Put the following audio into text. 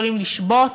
יכולים לשבות,